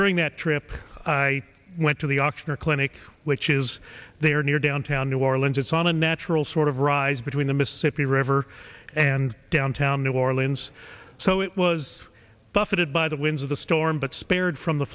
during that trip i went to the auction or clinic which is there near downtown new orleans it's on a natural sort of rise between the mississippi river and downtown new orleans so it was buffeted by the winds of the storm but spared from the